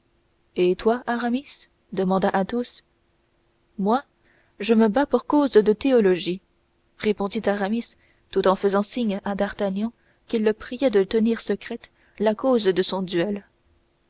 et toi aramis demanda athos moi je me bats pour cause de théologie répondit aramis tout en faisant signe à d'artagnan qu'il le priait de tenir secrète la cause de son duel